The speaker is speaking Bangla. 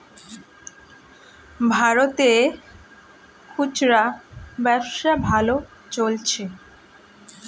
ভারতে খুচরা ব্যবসা ভালো চলছে